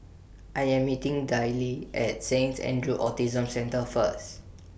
I Am meeting Dayle At Saints Andrew's Autism Centre First